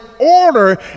order